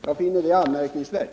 Jag finner detta anmärkningsvärt.